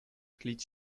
tlić